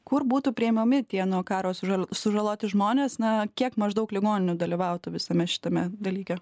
kur būtų priimami tie nuo karo sužal sužaloti žmonės na kiek maždaug ligoninių dalyvautų visame šitame dalyke